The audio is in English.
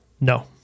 No